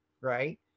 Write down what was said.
right